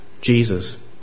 Jesus